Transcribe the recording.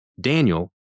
Daniel